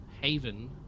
Haven